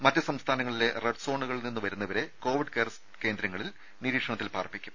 മറ്റു സംസ്ഥാനങ്ങളിലെ റെഡ് സോണുകളിൽ നിന്ന് വരുന്നവരെ കോവിഡ് കെയർ കേന്ദ്രങ്ങളിൽ നിരീക്ഷണത്തിൽ പാർപ്പിക്കും